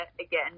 again